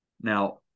Now